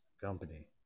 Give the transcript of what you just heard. company